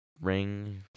Ring